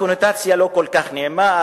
קונוטציה לא כל כך נעימה,